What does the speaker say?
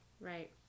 right